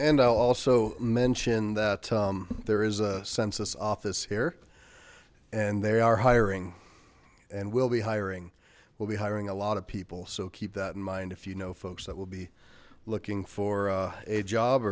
and i'll also mention that there is a census office here and they are hiring and we'll be hiring we'll be hiring a lot of people so keep that in mind if you know folks that will be looking for a job